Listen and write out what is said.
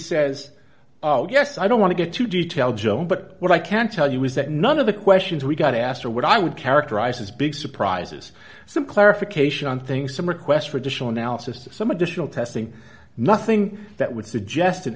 says oh yes i don't want to get to detail joan but what i can tell you is that none of the questions we got asked her what i would characterize as big surprises some clarification on things some request for additional analysis of some additional testing nothing that would suggest an